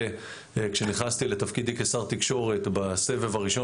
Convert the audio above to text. כשנכנסתי לתפקידי כשר תקשורת בסבב הראשון,